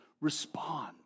respond